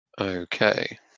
Okay